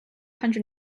hundred